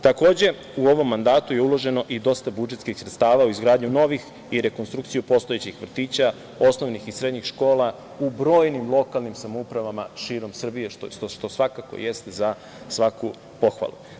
Takođe, u ovom mandatu je uloženo dosta budžetskih sredstava u izgradnju novih i rekonstrukciju postojećih vrtića, osnovnih i srednjih škola u brojnim lokalnim samoupravama širom Srbije, što svakako jeste za svaku pohvalu.